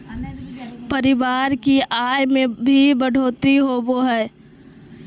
परिवार की आय में भी बढ़ोतरी होबो हइ